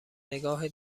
نگاه